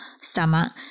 stomach